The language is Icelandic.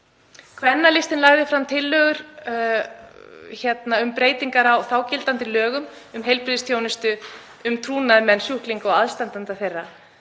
Kvennalistinn lagði fram tillögur um breytingar á þágildandi lögum um heilbrigðisþjónustu, um trúnaðarmenn sjúklinga og aðstandenda þeirra.